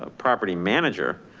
ah property manager,